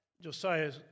Josiah